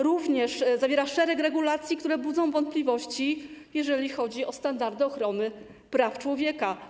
Projekt zawiera szereg regulacji, które budzą wątpliwości, jeżeli chodzi o standardy ochrony praw człowieka.